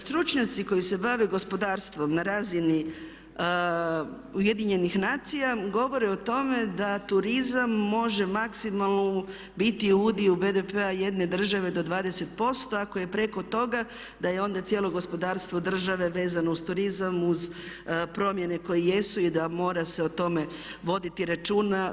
Stručnjaci koji se bave gospodarstvom na razini Ujedinjenih nacija govore o tome da turizam može maksimalno biti u udiu BDP-a jedne države do 20%, ako je preko toga da je onda cijelo gospodarstvo države vezano uz turizam, uz promjene koje jesu i da mora se o tome voditi računa.